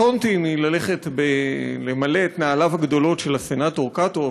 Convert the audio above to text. קטונתי מללכת ולמלא את נעליו הגדולות של הסנטור קאטו,